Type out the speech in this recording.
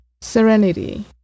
serenity